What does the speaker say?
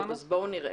נמצא